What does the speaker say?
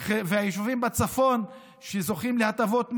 והיישובים בצפון שזוכים להטבות מס,